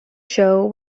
show